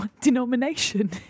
denomination